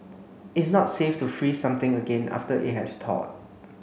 it's not safe to freeze something again after it has thawed